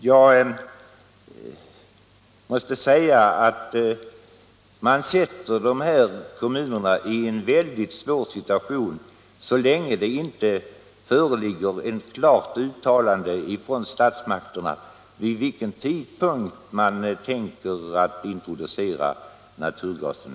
Jag måste säga att statsmakterna försätter dessa kommuner i en svår situation genom att inte göra ett klart uttalande om vid vilken tidpunkt man avser att introducera naturgasen.